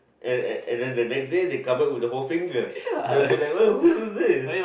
and and and then the next day they cover with the whole finger they'll be like whose is this